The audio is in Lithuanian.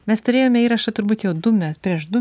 mes turėjome įrašą turbūt jau du me prieš du